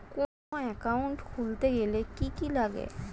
কোন একাউন্ট খুলতে গেলে কি কি লাগে?